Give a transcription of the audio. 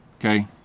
okay